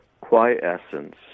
quiescence